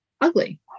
ugly